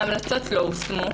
ההמלצות לא יושמו.